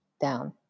down